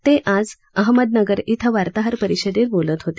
ते आज अहमदनगर इथं वार्ताहर परिषदेत बोलत होते